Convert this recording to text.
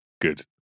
good